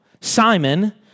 Simon